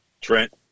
Trent